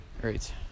Great